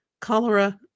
cholera